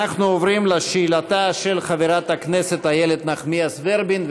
אנחנו עוברים לשאלתה של חברת הכנסת איילת נחמיאס ורבין.